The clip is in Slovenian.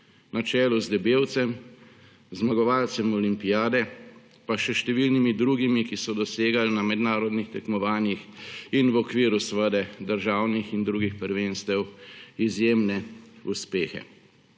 na čelu z Debevcem, zmagovalcem olimpijade, pa še številnimi drugimi, ki so dosegali na mednarodnih tekmovanjih in v okviru državnih in drugih prvenstev izjemne uspehe.